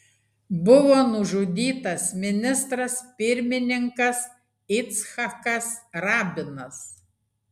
buvo nužudytas ministras pirmininkas icchakas rabinas